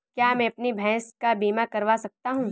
क्या मैं अपनी भैंस का बीमा करवा सकता हूँ?